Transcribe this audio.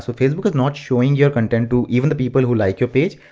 so facebook is not showing your content to even the people who like your page,